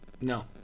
No